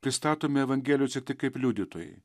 pristatomi evangelijose tik kaip liudytojai